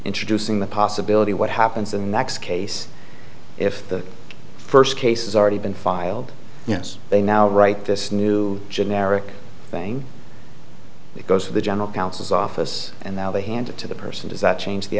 introducing the possibility what happens in the next case if the first case is already been filed yes they now write this new generic thing it goes to the general counsel's office and now they hand it to the person does that change the